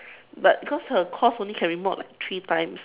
but because her course only can remod like three times